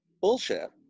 bullshit